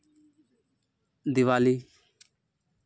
Diwali